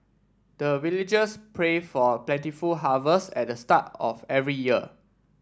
the villagers pray for plentiful harvest at the start of every year